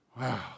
Wow